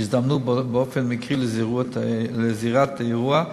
שהזדמנו באופן מקרי לזירת האירוע,